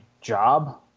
job